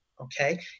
Okay